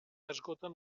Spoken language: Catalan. esgoten